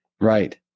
Right